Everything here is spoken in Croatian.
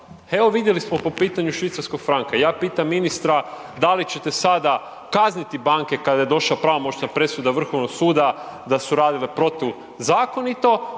Evo vidjeli smo po pitanju švicarskog franka, ja pitam ministra da li ćete sada kazniti banke kada je došla pravomoćna presuda Vrhovnog suda da su radile protuzakonito,